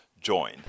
join